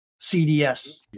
cds